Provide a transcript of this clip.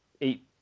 eight